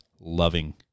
loving